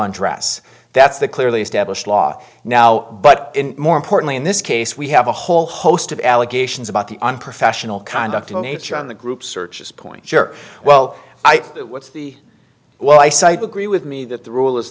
undress that's the clearly established law now but more importantly in this case we have a whole host of allegations about the unprofessional conduct in nature on the group searches point well what's the one i site agree with me that the rule is